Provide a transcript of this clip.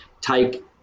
take